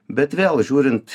bet vėl žiūrint